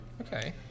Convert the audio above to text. okay